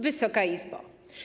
Wysoka Izbo!